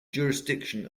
jurisdiction